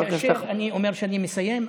כשאני אומר שאני מסיים,